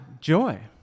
Joy